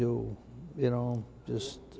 do you know just